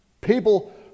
People